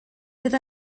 sydd